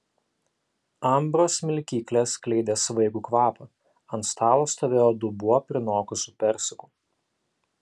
ambros smilkyklės skleidė svaigų kvapą ant stalo stovėjo dubuo prinokusių persikų